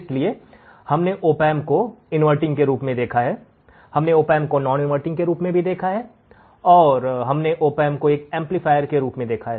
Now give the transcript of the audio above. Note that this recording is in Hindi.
इसलिए हमने ऑपएंप को इनवर्टिंग के रूप में देखा है हमने ऑपएंप को नॉन इनवर्टिंग के रूप में देखा है और हमने ऑपएंप को एक एम्पलीफायर के रूप में देखा है